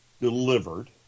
delivered